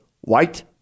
white